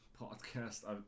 podcast